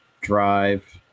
drive